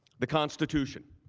the constitution.